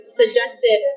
suggested